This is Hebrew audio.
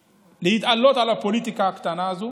להתעלות מעל הפוליטיקה הקטנה הזו